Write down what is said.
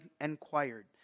inquired